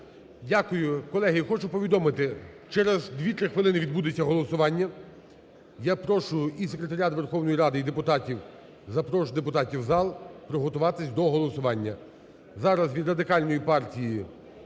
Дякую. Колеги, хочу повідомити, через 2-3 хвилини відбудеться голосування. Я прошу і секретаріат Верховної Ради, і депутатів, запрошую депутатів в зал приготуватися до голосування.